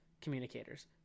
communicators